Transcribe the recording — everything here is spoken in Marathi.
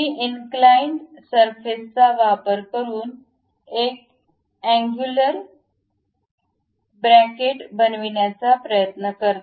मी इनक्लाइंट सर्फेस चा वापर करून एक अँगुलर ब्रॅकेट बनविण्याचा प्रयत्न करतो